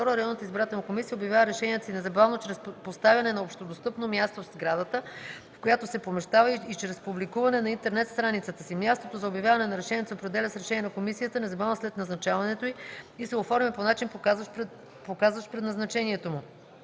Районната избирателна комисия обявява решенията си незабавно чрез поставяне на общодостъпно място в сградата, в която се помещава, и чрез публикуване на интернет страницата си. Мястото за обявяване на решенията се определя с решение на комисията незабавно след назначаването й и се оформя по начин, показващ предназначението му.